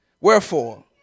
Wherefore